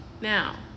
now